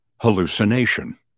hallucination